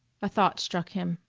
a thought struck him.